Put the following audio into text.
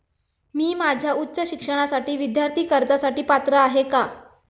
मी माझ्या उच्च शिक्षणासाठी विद्यार्थी कर्जासाठी पात्र आहे का?